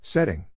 Setting